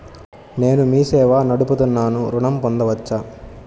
నేను మీ సేవా నడుపుతున్నాను ఋణం పొందవచ్చా?